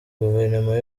guverinoma